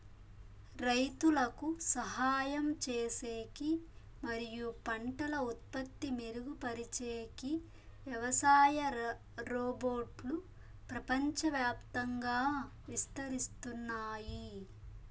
రైతులకు సహాయం చేసేకి మరియు పంటల ఉత్పత్తి మెరుగుపరిచేకి వ్యవసాయ రోబోట్లు ప్రపంచవ్యాప్తంగా విస్తరిస్తున్నాయి